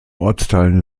ortsteilen